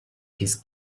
his